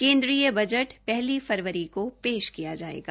केन्द्रीय बजट पहली फरवरी को पेश किया जायेगा